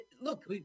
Look